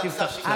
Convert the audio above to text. אל תפתח פצעים.